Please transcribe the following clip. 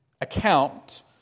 account